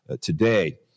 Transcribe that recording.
today